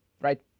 right